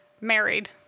married